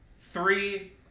three